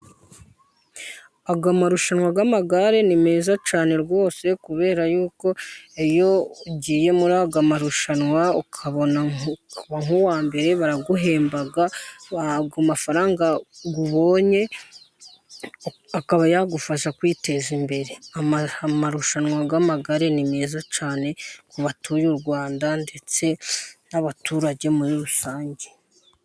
Aya ni amarushanwa y'amagare ni meza cyane rwose kubera yuko iyo ugiye muri aya marushanwa, ukaba nk'uwa mbere, baraguhemba ayo mafaranga ubonye akaba yagufasha kwiteza imbere, aya marushanwa y'amagare ni meza cyane ku batuye u Rwanda ndetse n'abaturage muri rusange.